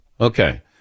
Okay